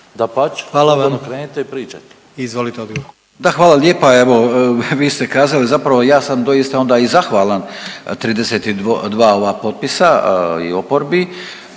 (HDZ)** Da, hvala lijepo evo vi ste kazali, zapravo ja sam doista onda i zahvalan 32 ova potpisa i oporbi